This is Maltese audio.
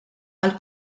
għall